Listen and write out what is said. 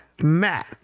Matt